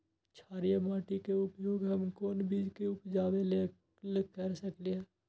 क्षारिये माटी के उपयोग हम कोन बीज के उपजाबे के लेल कर सकली ह?